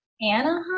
Anaheim